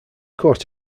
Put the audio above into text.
caught